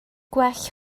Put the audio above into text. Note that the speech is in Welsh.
gwell